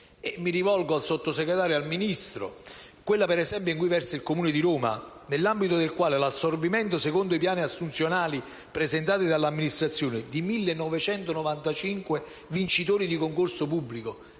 mi rivolgo al Sottosegretario e al Ministro - come ad esempio quella in cui versa il Comune di Roma, nell'ambito del quale l'assorbimento, secondo i piani assunzionali presentati dall'amministrazione, di 1.995 vincitori di concorso pubblico